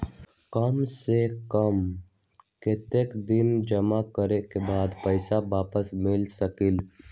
काम से कम कतेक दिन जमा करें के बाद पैसा वापस मिल सकेला?